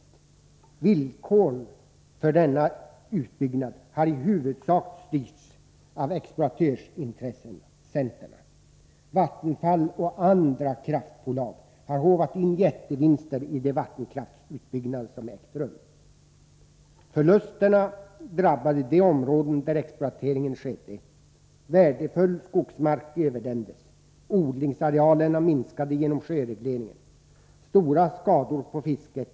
Villkoren för denna utbyggnad har i huvudsak styrts av exploatörsintressenterna. Vattenfall och andra kraftbolag har håvat in jättevinster vid de vattenkraftsutbyggnader som ägt rum. Förlusterna drabbade de områden där exploateringen skedde. Värdefull skogsmark överdämdes. Odlingsarealerna minskade genom sjöregleringen. Stora skador uppstod på fisket.